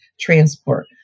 transport